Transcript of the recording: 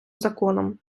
законом